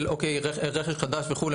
הכול בסדר,